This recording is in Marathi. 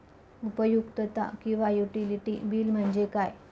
उपयुक्तता किंवा युटिलिटी बिल म्हणजे काय?